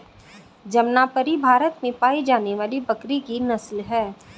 जमनापरी भारत में पाई जाने वाली बकरी की नस्ल है